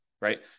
Right